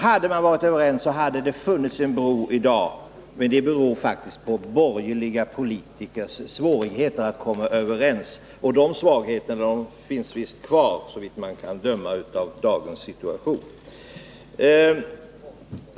Hade man varit överens, skulle det ha funnits en bro i dag, men att så inte är fallet beror faktiskt på borgerliga politikers svårigheter att komma överens — och de svårigheterna tycks finnas kvar i dag, att döma av dagens situation.